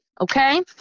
Okay